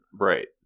Right